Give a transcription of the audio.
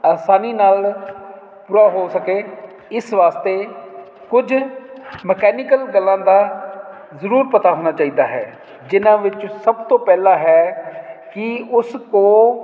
ਅਸਾਨੀ ਨਾਲ ਪੂਰਾ ਹੋ ਸਕੇ ਇਸ ਵਾਸਤੇ ਕੁਝ ਮੈਕੈਨੀਕਲ ਗੱਲਾਂ ਦਾ ਜ਼ਰੂਰ ਪਤਾ ਹੋਣਾ ਚਾਹੀਦਾ ਹੈ ਜਿਨ੍ਹਾਂ ਵਿੱਚ ਸਭ ਤੋਂ ਪਹਿਲਾ ਹੈ ਕਿ ਉਸ ਕੋਲ